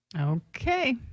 Okay